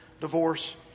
divorce